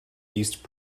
east